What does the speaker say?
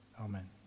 Amen